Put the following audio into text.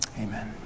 Amen